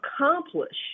accomplish